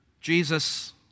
Jesus